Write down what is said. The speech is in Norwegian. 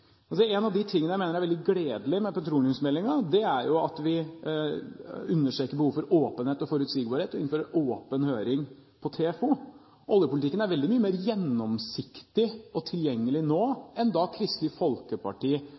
En av de tingene jeg mener er veldig gledelig med petroleumsmeldingen, er at vi understreker behovet for åpenhet og forutsigbarhet og innfører åpen høring på TFO. Oljepolitikken er veldig mye mer gjennomsiktig og tilgjengelig nå enn da Kristelig Folkeparti